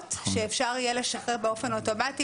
העבירות שאפשר יהיה לשחרר באופן אוטומטי